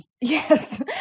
Yes